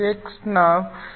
X ನ 0